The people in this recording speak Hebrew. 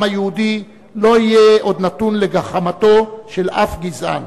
היהודי לא יהיה עוד נתון לגחמתו של אף גזען.